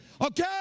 Okay